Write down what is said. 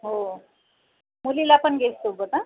हो मुलीला पण घेईन सोबत